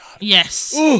Yes